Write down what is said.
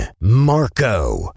Marco